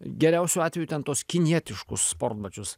geriausiu atveju ten tuos kinietiškus sportbačius